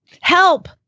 Help